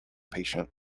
patient